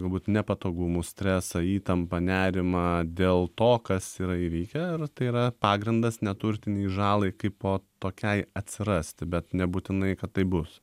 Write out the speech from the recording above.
galbūt nepatogumus stresą įtampą nerimą dėl to kas yra įvykę ir tai yra pagrindas neturtinei žalai kaipo tokiai atsirasti bet nebūtinai kad taip bus